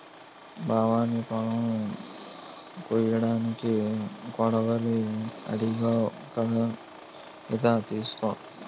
బావా నీ పొలం కొయ్యడానికి కొడవలి అడిగావ్ కదా ఇందా తీసుకో